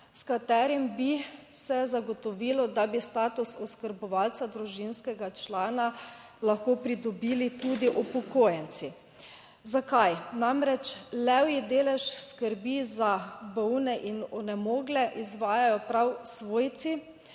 s katerim bi se zagotovilo, da bi status oskrbovalca družinskega člana lahko pridobili tudi upokojenci. Zakaj? Namreč levji delež skrbi za bolne in onemogle izvajajo prav svojci,